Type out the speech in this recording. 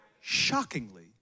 shockingly